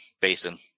basin